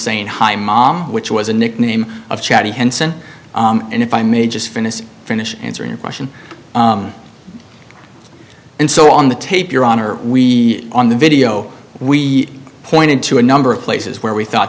saying hi mom which was a nickname of chatty henson and if i may just finish finish answering your question and so on the tape your honor we on the video we pointed to a number of places where we thought